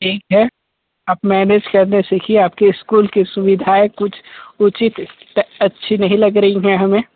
ठीक है आप मैनेज करना सिखिए आपके इस्कूल कइ सुविधा कुछ उचित अच्छी नहीं लग रही है हमें